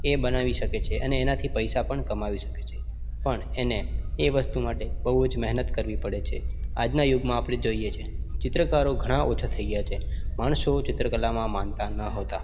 એ બનાવી શકે છે અને એનાથી પૈસા પણ કમાવી શકે છે પણ એને એ વસ્તુ માટે બહુ જ મહેનત કરવી પડે છે આજના યુગમાં આપણે જોઈએ છીએ ચિત્રકારો ઘણા ઓછા થઇ ગયા છે માણસો ચિત્રકલામાં માનતા ન હતા